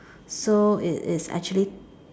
so it is actually